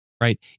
right